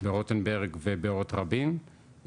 ברוטנברג ובאורות רבין,